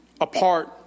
apart